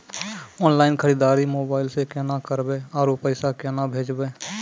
Online खरीददारी mobile से केना करबै, आरु पैसा केना भेजबै?